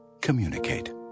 Communicate